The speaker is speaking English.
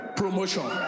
promotion